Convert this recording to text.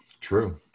True